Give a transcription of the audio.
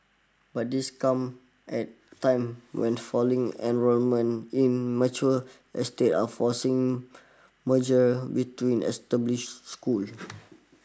but this come at time when falling enrolment in mature estate are forcing merger between established schools